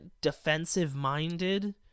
defensive-minded